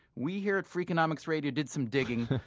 we here at freakonomics radio did some digging,